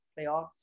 Playoffs